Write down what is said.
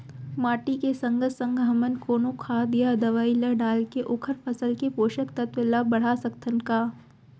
माटी के संगे संग हमन कोनो खाद या दवई ल डालके ओखर फसल के पोषकतत्त्व ल बढ़ा सकथन का?